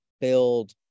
build